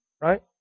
right